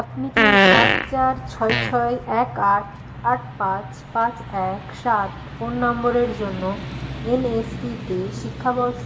আপনি কি সাত চার ছয় ছয় এক আট আট পাঁচ পাঁচ এক সাত ফোন নম্বরের জন্য এনএসপি তে শিক্ষাবর্ষ